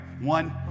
one